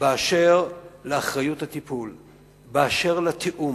באשר לאחריות הטיפול, באשר לתיאום,